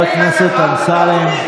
חבר הכנסת אמסלם.